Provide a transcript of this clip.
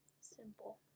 Simple